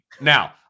Now